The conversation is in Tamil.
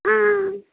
ஆ